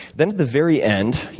then at the very end,